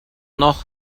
noch